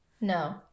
no